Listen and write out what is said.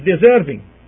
deserving